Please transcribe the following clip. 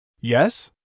Yes